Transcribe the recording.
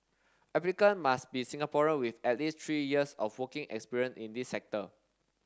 applicant must be Singaporean with at least three years of working experience in the sector